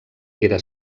era